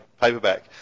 paperback